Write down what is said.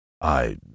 I